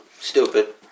Stupid